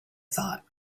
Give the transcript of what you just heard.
thought